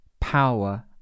power